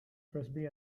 frisbee